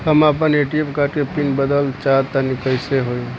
हम आपन ATM card के पीन बदलल चाहऽ तनि कइसे होई?